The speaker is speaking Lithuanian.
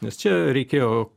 nes čia reikėjo